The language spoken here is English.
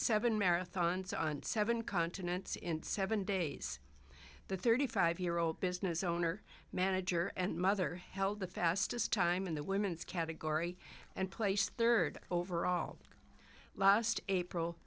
seven marathons on seven continents in seven days the thirty five year old business owner manager and mother held the fastest time in the women's category and placed third overall last april